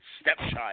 stepchild